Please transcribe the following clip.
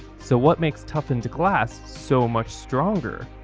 so, what makes toughened glass so much stronger?